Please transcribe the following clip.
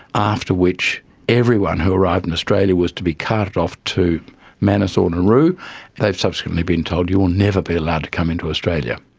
after which everyone who arrived in australia was to be carted off to manus or nauru. they have subsequently been told you will never be allowed to come into australia.